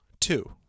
Two